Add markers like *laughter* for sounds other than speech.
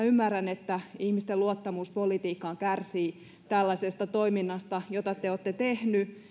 *unintelligible* ymmärrän että ihmisten luottamus politiikkaan kärsii tällaisesta toiminnasta jota te te olette tehneet